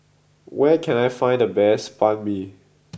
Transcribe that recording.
where can I find the best Banh Mi